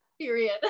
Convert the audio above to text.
period